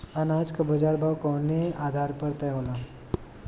अनाज क बाजार भाव कवने आधार पर तय होला?